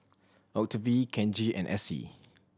Octavie Kenji and Essie